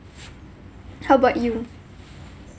how about you